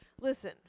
Listen